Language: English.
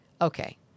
okay